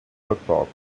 football